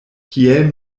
kiel